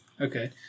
Okay